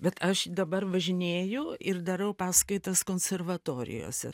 bet aš dabar važinėju ir darau paskaitas konservatorijose